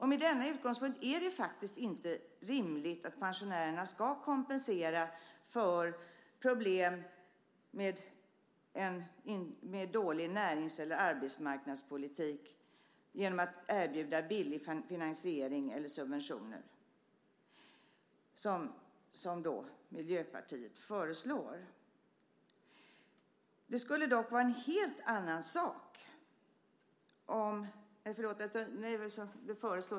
Med denna utgångspunkt är det inte rimligt att pensionärerna ska kompensera för problem med dålig närings eller arbetsmarknadspolitik genom att man erbjuder billig finansiering eller subventioner, som har föreslagits.